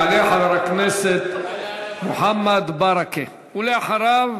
יעלה חבר הכנסת מוחמד ברכה, ואחריו,